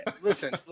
listen